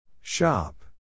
Shop